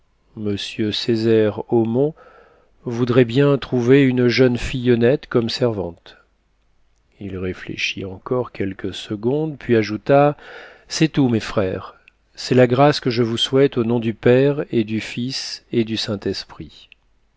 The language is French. m césaire omont voudrait bien trouver une jeune fille honnête comme servante il réfléchit encore quelques secondes puis ajouta c'est tout mes frères c'est la grâce que je vous souhaite au nom du père et du fils et du saint-esprit